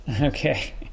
okay